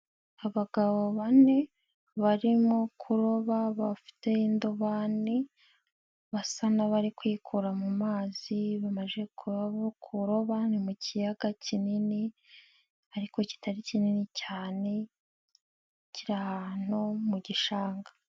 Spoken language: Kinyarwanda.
Abagabo bane barimo kuroba bafite indobani basa n'abari kwikura mu mazi, bamaze ku kuroba mu kiyaga kinini ariko kitari kinini cyane, kiri ahantu mu gishanga.